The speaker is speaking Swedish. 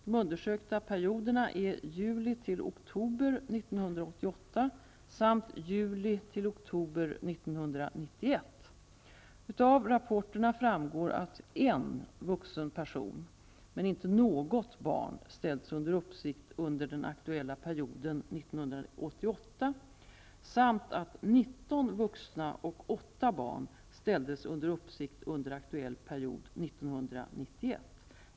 De undersökta perioderna är juli--oktober 1988 samt juli--oktober 1991. Av rapporterna framgår att en vuxen person, men inte något barn, ställdes under uppsikt under den aktuella perioden 1988, samt att 19 vuxna och 1991.